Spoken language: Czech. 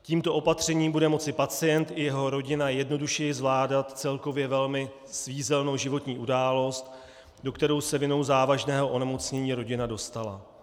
Tímto opatřením budou moci pacient i jeho rodina jednodušeji zvládat celkově velmi svízelnou životní událost, do které se vinou závažného onemocnění rodina dostala.